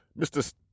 mr